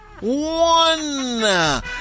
one